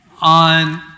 On